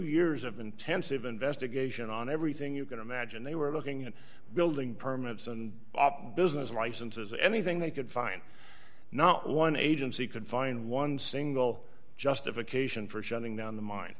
years of intensive investigation on everything you can imagine they were looking at building permits and op business licenses anything they could find no one agency could find one single justification for shutting down